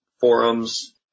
forums